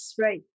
Right